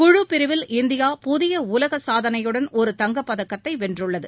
குழு பிரிவில் இந்தியா புதிய உலக சாதனையுடன் ஒரு தங்கப்பதக்கத்தை வென்றுள்ளது